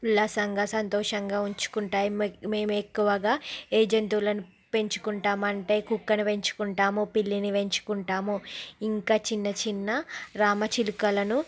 ఉల్లాసంగా సంతోషంగా ఉంచుకుంటాయి మే మేము ఎక్కువగా ఏ జంతువులను పెంచుకుంటాము అంటే కుక్కను పెంచుకుంటాము పిల్లిని పెంచుకుంటాము ఇంకా చిన్న చిన్న రామచిలుకలను